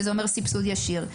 שזה אומר סבסוד ישיר,